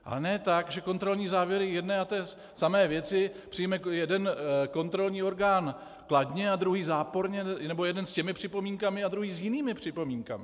A ne tak, že kontrolní závěry k jedné a té samé věci přijme jeden kontrolní orgán kladně a druhý záporně, nebo jeden s těmi připomínkami a druhý s jinými připomínkami.